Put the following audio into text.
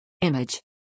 Image